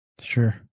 Sure